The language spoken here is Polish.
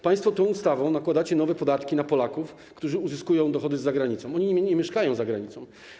Państwo tą ustawą nakładacie nowe podatki na Polaków, którzy uzyskują dochody za granicą, oni nie mieszkają za granicą.